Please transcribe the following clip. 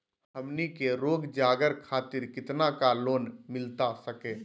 हमनी के रोगजागर खातिर कितना का लोन मिलता सके?